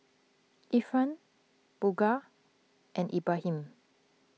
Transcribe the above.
Irfan Bunga and Ibrahim